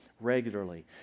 regularly